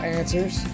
answers